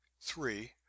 Three